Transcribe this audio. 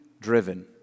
driven